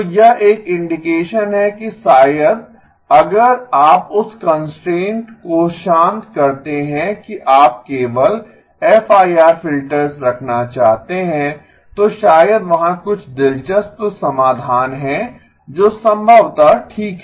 तो यह एक इंडिकेशन है कि शायद अगर आप उस कंस्ट्रेंट को शांत करते हैं कि आप केवल एफआईआर फिल्टर्स रखना चाहते हैं तो शायद वहाँ कुछ दिलचस्प समाधान हैं जो संभवतः ठीक है